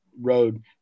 road